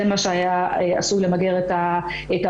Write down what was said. זה מה שעשוי למגר את המחלה,